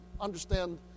understand